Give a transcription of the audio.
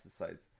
pesticides